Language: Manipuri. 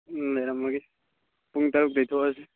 ꯎꯝ ꯂꯩꯔꯝꯃꯒꯦ ꯄꯨꯡ ꯇꯔꯨꯛꯇꯒꯤ ꯊꯣꯛꯑꯁꯤ